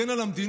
הגן על המדינה,